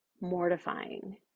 mortifying